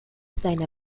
seiner